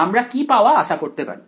আমরা কি পাওয়া আশা করতে পারি